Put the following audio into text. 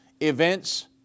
events